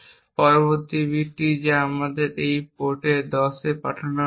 এবং পরবর্তী বিটটি যা 1 আবার এই পোর্ট 10 এ পাঠানো হবে